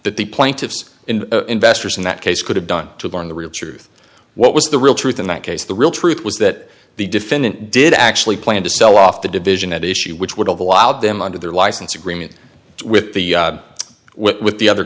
that the plaintiffs in investors in that case could have done to learn the real truth what was the real truth in that case the real truth was that the defendant did actually plan to sell off the division at issue which would have allowed them under their license agreement with the with the other